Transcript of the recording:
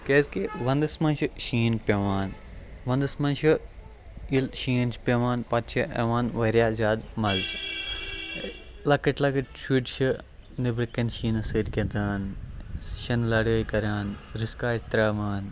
کیٛازکہِ وَنٛدَس منٛز چھِ شیٖن پٮ۪وان وَنٛدَس منٛز چھِ ییٚلہِ شیٖن چھِ پٮ۪وان پَتہٕ چھِ یِوان واریاہ زیادٕ مَزٕ لۄکٕٹۍ لۄکٕٹۍ شُرۍ چھِ نیٚبٕر کَنہِ شیٖنَس سۭتۍ گِنٛدان شِنہٕ لَڑٲے کَران رِسکاے ترٛاوان